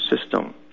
system